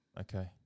Okay